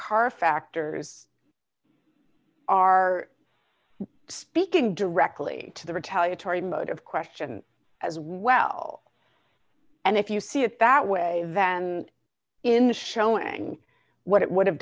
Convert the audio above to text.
car factors are speaking directly to the retaliatory mode of question as well and if you see it that way than in showing what it would have